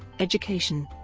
education